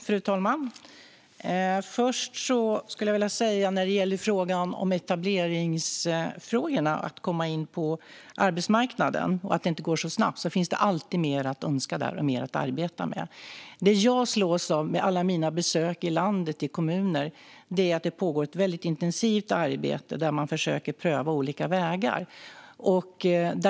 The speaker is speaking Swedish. Fru talman! När det gäller etableringsfrågorna och frågorna om att komma in på arbetsmarknaden och att detta inte alltid går så snabbt finns det alltid mer att önska och mer att arbeta med. Det jag slås av under alla mina besök i landets kommuner är att det pågår ett intensivt arbete där man försöker pröva olika vägar.